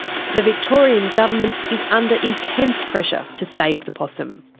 the victorian government is under intense pressure to save the possum.